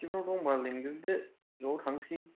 खाथिफ्राव दंबा लेंजोबदो ज' थांसै